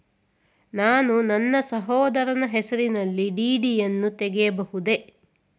ನಾನು ನನ್ನ ಸಹೋದರನ ಹೆಸರಿನಲ್ಲಿ ಡಿ.ಡಿ ಯನ್ನು ತೆಗೆಯಬಹುದೇ?